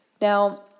Now